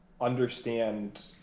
understand